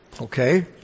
Okay